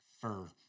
fur